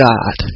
God